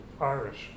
Irish